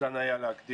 ניתן היה להקדים.